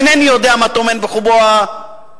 אינני יודע מה טומנת בחובה הפוליטיקה,